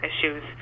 issues